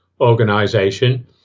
organization